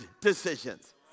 decisions